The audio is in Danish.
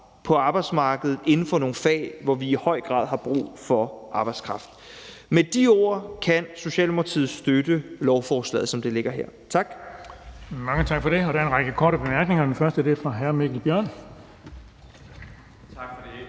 på arbejdsmarkedet inden for nogle fag, hvor vi i høj grad har brug for arbejdskraft. Med de ord kan Socialdemokratiet støtte lovforslaget, som det ligger her. Tak.